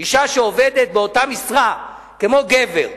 אשה שעובדת באותה משרה כמו גבר,